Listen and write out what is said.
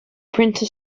printer